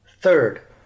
Third